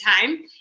time